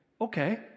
okay